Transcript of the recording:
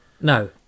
No